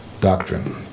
doctrine